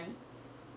hmm